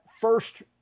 first